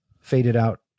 faded-out